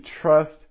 trust